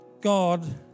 God